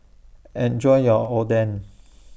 Enjoy your Oden